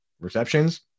receptions